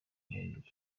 impinduka